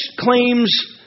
claims